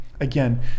Again